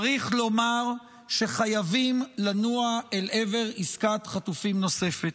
צריך לומר שחייבים לנוע אל עבר עסקת חטופים נוספת.